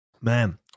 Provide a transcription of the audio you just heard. man